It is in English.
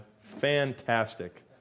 Fantastic